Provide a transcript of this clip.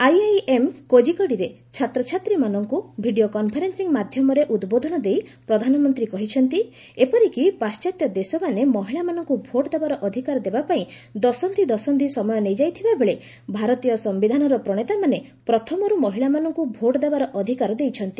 IIM କୋଜିକୋଡେର ଛାତ୍ରଛାତ୍ରୀମାନଙ୍କୁ video conferencing ମାଧ୍ୟମରେ ଉଦ୍ବୋଧନ ଦେଇ ପ୍ରଧାନମନ୍ତ୍ରୀ କହିଛନ୍ତି ଏପରିକି ପାଶ୍ଚାତ୍ୟ ଦେଶମାନେ ମହିଳାମାନଙ୍କୁ ଭୋଟଦେବାର ଅଧିକାର ଦେବା ପାଇଁ ଦଶନ୍ଧି ଦଶନ୍ଧି ସମୟ ନେଇଯାଇଥିବା ବେଳେ ଭାରତୀୟ ସ୍ୟିଧାନର ପ୍ରଣେତାମାନେ ପ୍ରଥମରୁ ମହିଳାମାନଙ୍କୁ ଭୋଟ ଦେବାର ଅଧିକାର ଦେଇଛନ୍ତି